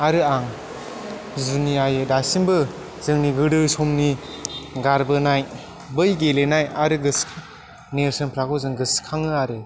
आरो आं जुनियायै दासिमबो जोंनि गोदो समनि गारबोनाय बै गेलेनाय आरो गोसो नेरसोनफोरखौ जों गोसोखाङो आरो